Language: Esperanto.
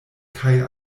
kaj